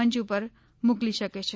મંચ ઉપર મોકલી શકે છે